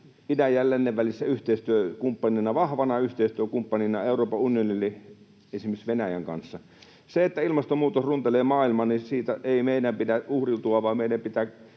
idän ja lännen välisenä yhteistyökumppanina, vahvana yhteistyökumppanina Euroopan unionille esimerkiksi Venäjän kanssa. Siitä, että ilmastonmuutos runtelee maailman, ei meidän pidä uhriutua, vaan meidän pitää